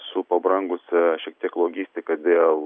su pabrangusia šiek tiek logistika dėl